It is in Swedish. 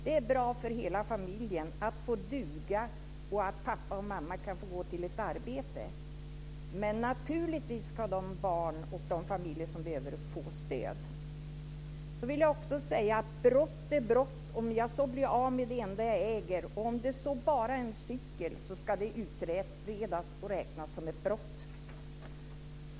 Det är bra för hela familjen att känna att man duger, och det är bra att pappa och mamma kan få gå till ett arbete. Naturligtvis ska de barn och familjer som behöver det få stöd. Brott är brott vare sig jag blir av med allt jag äger, eller om det bara är en cykel. Det ska utredas och räknas som ett brott.